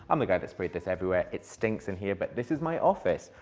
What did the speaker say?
i'm the guy that spray this everywhere. it stinks in here, but this is my office.